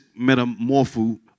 metamorpho